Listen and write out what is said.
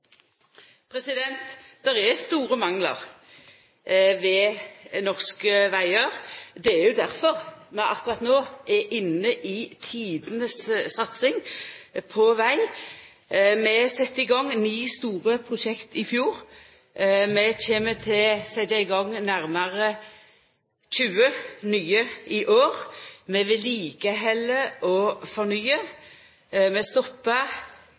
Det er store manglar ved norske vegar. Det er jo difor vi akkurat no er inne i tidenes satsing på veg. Vi sette i gang ni store prosjekt i fjor. Vi kjem til å setja i gang nærmare 20 nye i år, vi held ved like og